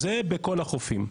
זה בכל החופים.